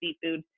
seafood